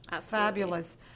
Fabulous